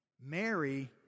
Mary